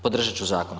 Podržat ću zakon.